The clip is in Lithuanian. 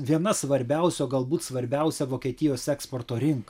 viena svarbiausių galbūt svarbiausia vokietijos eksporto rinka